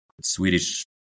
Swedish